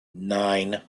nine